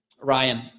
Ryan